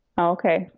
Okay